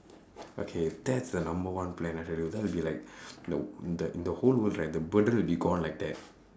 okay that's the number one plan I tell you that will be like the the whole world right the burden will be gone like that